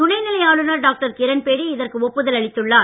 துணை நிலை ஆளுநர் டாக்டர் கிரண் பேடி இதற்கு ஒப்புதல் அளித்துள்ளார்